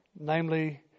Namely